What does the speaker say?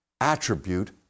attribute